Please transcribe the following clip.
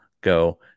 go